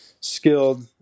skilled